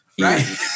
Right